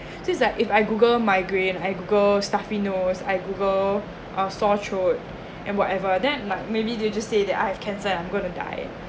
so it's like if I google migraine I google stuffy nose I google uh sore throat and whatever then it like maybe they just say that I have cancer and I'm gonna die